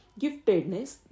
Giftedness